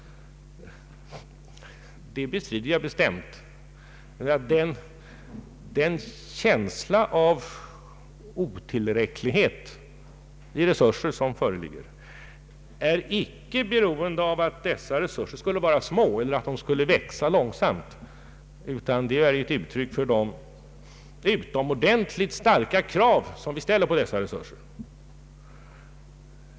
Det bestrider jag bestämt. Den känsla av otillräcklighet i fråga om resurser som föreligger beror inte på att dessa resurser skulle vara små eller växa långsamt, utan är ett uttryck för de utomordentligt starka krav som vi ställer på dessa resurser.